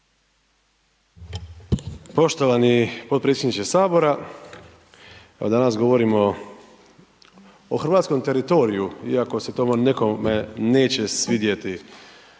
Poštovani potpredsjedniče HS, evo danas govorimo o hrvatskom teritoriju iako se to nikome neće svidjeti.